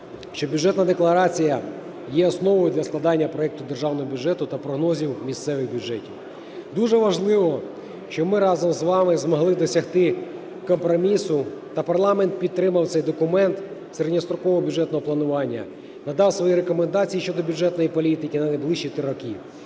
що Бюджетна декларація є основою для складання проекту державного бюджету та прогнозів місцевих бюджетів. Дуже важливо, що ми разом з вами змогли досягти компромісу та парламент підтримав цей документ середньострокового бюджетного планування, надав свої рекомендації щодо бюджетної політики на найближчі три роки.